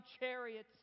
chariots